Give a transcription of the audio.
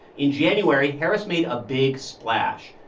in january, harris made a big splash,